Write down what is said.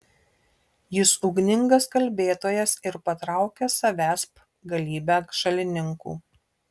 jis ugningas kalbėtojas ir patraukia savęsp galybę šalininkų